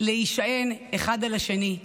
להישען אחד על השני,